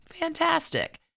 Fantastic